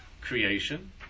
creation